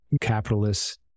capitalists